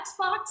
xbox